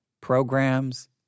programs